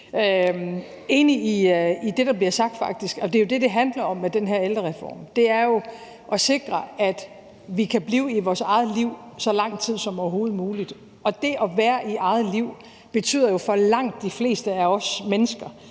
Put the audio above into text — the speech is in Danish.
her ældrereform – det er jo at sikre, at vi kan blive i vores eget liv så lang tid som overhovedet muligt. Og det at være i eget liv betyder jo for langt de fleste af os mennesker,